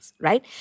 right